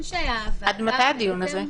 עד מתי הדיון הזה?